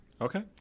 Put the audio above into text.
Okay